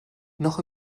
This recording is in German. noch